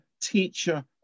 teacher